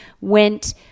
went